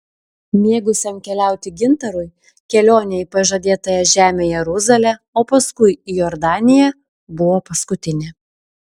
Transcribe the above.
mėgusiam keliauti gintarui kelionė į pažadėtąją žemę jeruzalę o paskui į jordaniją buvo paskutinė